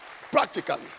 Practically